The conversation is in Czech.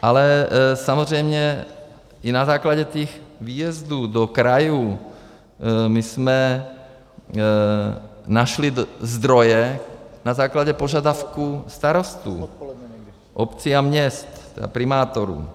Ale samozřejmě i na základě těch výjezdů do krajů jsme našli zdroje na základě požadavků starostů obcí a měst a primátorů.